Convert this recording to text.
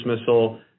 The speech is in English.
missile